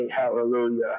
Hallelujah